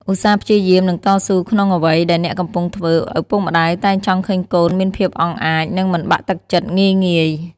ឧស្សាហ៍ព្យាយាម និងតស៊ូក្នុងអ្វីដែលអ្នកកំពុងធ្វើ ឪពុកម្ដាយតែងចង់ឃើញកូនមានភាពអង់អាច និងមិនបាក់ទឹកចិត្តងាយៗ។